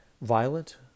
violent